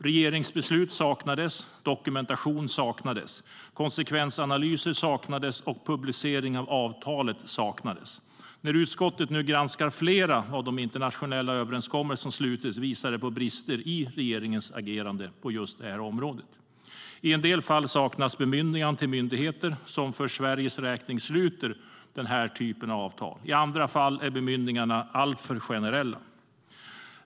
Regeringsbeslut saknades, dokumentation saknades, konsekvensanalyser saknades och publicering av avtalet saknades. När utskottet nu granskar fler av de internationella överenskommelser som har slutits visar de på brister i regeringens agerande på just detta område. I en del fall saknas bemyndiganden till myndigheter som för Sveriges räkning sluter den här typen av avtal. I andra fall är bemyndigandena alltför generella.